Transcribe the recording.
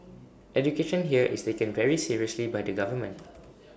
education here is taken very seriously by the government